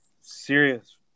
serious